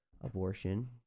abortion